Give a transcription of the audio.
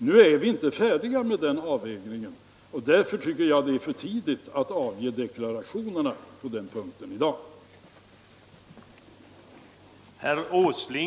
Nu är vi inte färdiga med den avvägningen, och därför tycker jag att det är för tidigt att i dag avge deklarationer på den punkten.